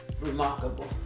remarkable